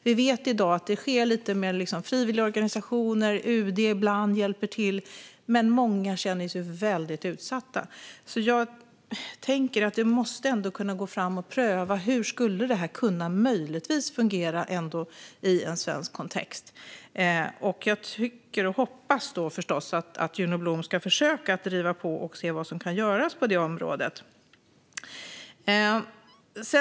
Vi vet att det i dag sker genom frivilligorganisationer och att UD ibland hjälper till, men många känner sig väldigt utsatta. Jag tänker att vi ändå måste kunna pröva hur detta skulle kunna fungera i en svensk kontext. Jag tycker och hoppas förstås att Juno Blom ska försöka driva på och se vad som kan göras på det området.